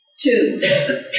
Two